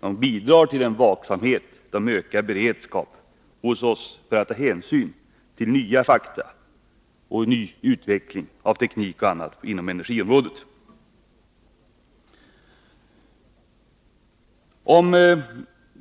De bidrar till en vaksamhet, de ökar beredskapen hos oss att ta hänsyn till nya fakta och ny utveckling inom energiområdet.